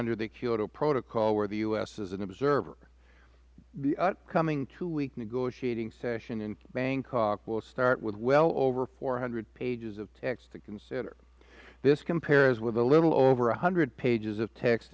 under the kyoto protocol where the u s is an observer the upcoming two week negotiating session in bangkok will start with well over four hundred pages of text to consider this compares with a little over one hundred pages of text